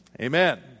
Amen